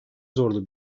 zorlu